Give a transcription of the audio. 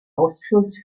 ausschuss